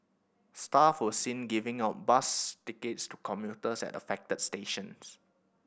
staff were seen giving out bus tickets to commuters at affected stations